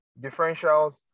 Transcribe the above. Differentials